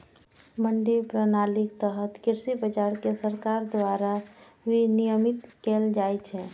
मंडी प्रणालीक तहत कृषि बाजार कें सरकार द्वारा विनियमित कैल जाइ छै